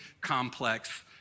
complex